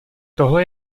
tohle